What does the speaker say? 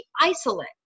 isolate